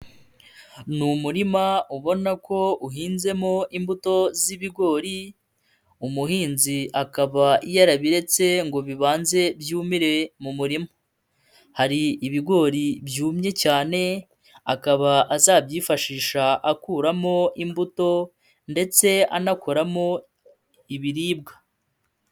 Ni umurima ubona ko uhinzemo imbuto z'ibigori. Umuhinzi akaba yarabiretse ngo bibanze byumire mu murima. Hari ibigori byumye cyane, akaba azabyifashisha akuramo imbuto ndetse anakoramo ibiribwa.